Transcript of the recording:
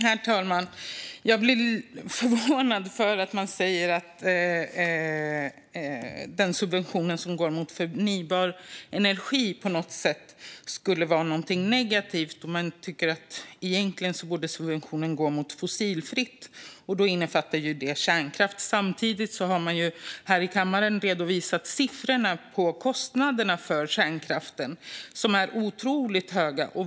Herr talman! Jag blir förvånad över att man säger att den subvention som riktas till förnybar energi skulle vara någonting negativt. Man tycker att subventionen egentligen borde riktas till fossilfritt, vilket då innefattar kärnkraft. Samtidigt har man ju här i kammaren redovisat siffrorna över kärnkraftens kostnader, som är otroligt höga.